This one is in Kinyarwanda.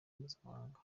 mpuzamahanga